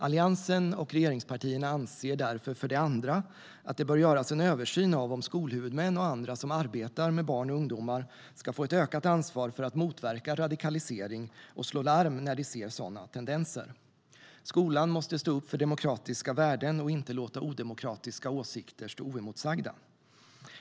Alliansen och regeringspartierna anser därför för det andra att det bör göras en översyn av om skolhuvudmän och andra som arbetar med barn och ungdomar ska få ett ökat ansvar för att motverka radikalisering och slå larm när de ser sådana tendenser. Skolan måste stå upp för demokratiska värden och inte låta odemokratiska åsikter stå oemotsagda.